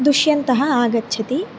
दुष्यन्तः आगच्छति